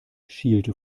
schielte